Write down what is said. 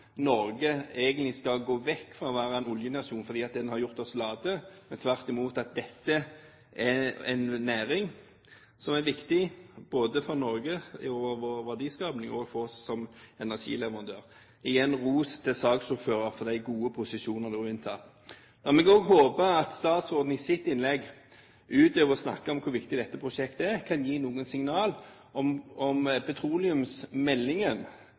Norge egentlig skal gå vekk fra å være en oljenasjon fordi det har gjort oss late, men tvert imot at dette er en næring som er viktig både for Norge og vår verdiskaping og for oss som energileverandør. Igjen: ros til saksordføreren for de gode posisjonene hun har inntatt. La meg også håpe at statsråden i sitt innlegg – utover å snakke om hvor viktig dette prosjektet er – kan gi noen signaler om petroleumsmeldingen.